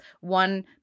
one